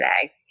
today